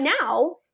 now